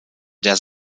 der